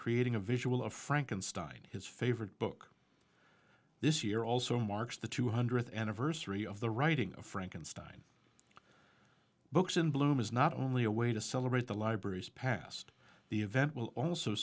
creating a visual of frankenstein his favorite book this year also marks the two hundredth anniversary of the writing of frankenstein books in bloom is not only a way to celebrate the library's past the event will also